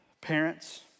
Parents